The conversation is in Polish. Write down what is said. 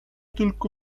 tylko